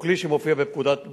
הוא כלי שמופיע בפקודת בתי-הסוהר,